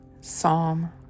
Psalm